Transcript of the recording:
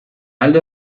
alde